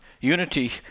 Unity